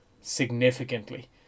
significantly